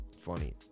Funny